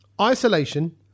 Isolation